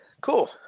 cool